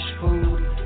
food